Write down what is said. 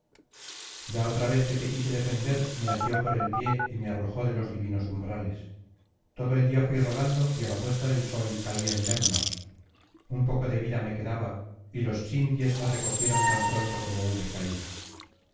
ya otra vez que te quise defender me asió por el pie y me arrojó de los divinos umbrales todo el día luí rodando y á la puesta del sol caí en lemnos un poco de vida me quedaba y los sinties me recogieron tan pronto como hube caído